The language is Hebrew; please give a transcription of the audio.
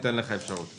אתן לך אפשרות.